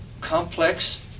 complex